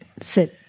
sit